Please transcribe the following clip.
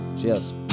cheers